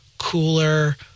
cooler